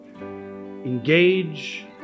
engage